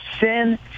sin